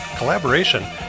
collaboration